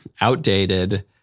outdated